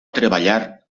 treballar